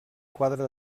quadre